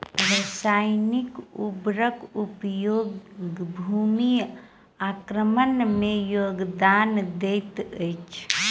रासायनिक उर्वरक उपयोग भूमि अवक्रमण में योगदान दैत अछि